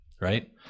right